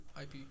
IP